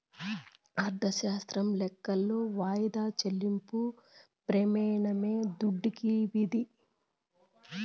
అర్ధశాస్త్రం లెక్కలో వాయిదా చెల్లింపు ప్రెమానమే దుడ్డుకి విధి